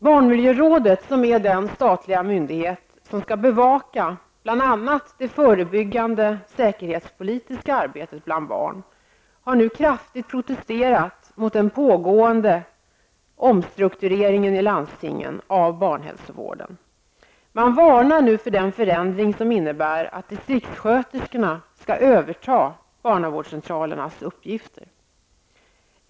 Barnmiljörådet, som är den statliga myndighet som skall bevaka bl.a. det förebyggande säkerhetspolitiska arbetet bland barn, har nu kraftigt protesterat mot den pågående omstruktureringen i landstingen av barnhälsovården. Man varnar nu för den förändring som innebär att distriktssköterskorna skall överta barnavårdscentralernas uppgifter.